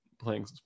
playing